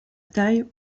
taille